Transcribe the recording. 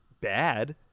bad